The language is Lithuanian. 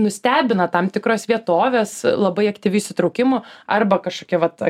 nustebina tam tikros vietovės labai aktyviu įsitraukimu arba kažkokia va ta